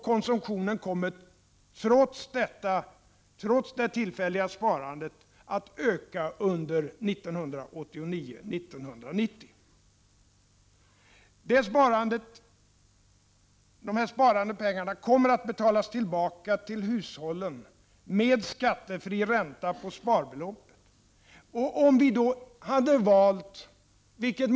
Konsumtionen kommer trots det tillfälliga sparandet att öka under 1989-1990. De sparade pengarna kommer att betalas tillbaka till hushållen med skattefri ränta på sparbeloppet.